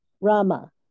Rama